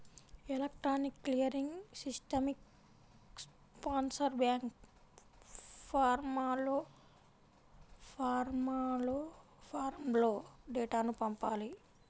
electronic clearing సిస్టమ్కి sponsor bank ఫారమ్లో డేటాను పంపాలి